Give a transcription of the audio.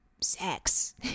sex